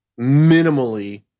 minimally